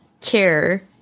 care